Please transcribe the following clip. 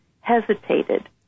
hesitated